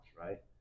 right